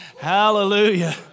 Hallelujah